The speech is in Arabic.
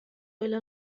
إلى